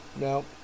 no